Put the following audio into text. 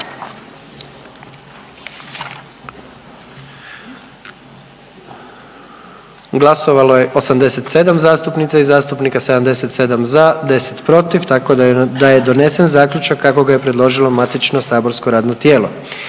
Glasovalo je 78 zastupnica i zastupnika, 77 za, 10 protiv tako da je donesen Zaključak kako ga je predložilo matično saborsko radno tijelo.